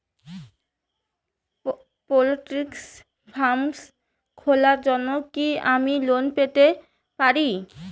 Poultry farm খোলার জন্য কি আমি লোন পেতে পারি?